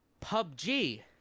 PUBG